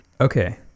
Okay